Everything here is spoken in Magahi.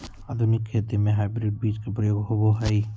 आधुनिक खेती में हाइब्रिड बीज के प्रयोग होबो हइ